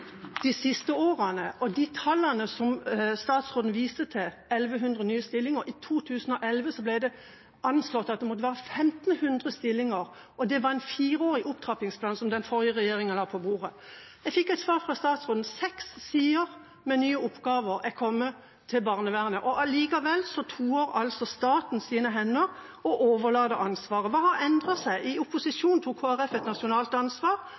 de siste årene. Og når det gjelder de tallene som statsråden viste til, 1 150 nye stillinger, ble det i 2011 anslått at det måtte være 1 500 stillinger, og det var en fireårig opptrappingsplan den forrige regjeringa la på bordet. – Jeg fikk et svar fra statsråden, seks sider med nye oppgaver er kommet til barnevernet. Allikevel toer altså staten sine hender og overlater ansvaret. Hva har endret seg? I opposisjon tok Kristelig Folkeparti et nasjonalt ansvar.